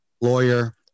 lawyer